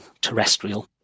terrestrial